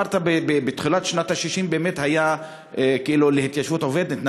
אמרת שבתחילת שנות ה-60 באמת זה היה להתיישבות עובדת.